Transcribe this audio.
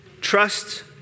trust